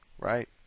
Right